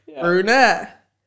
Brunette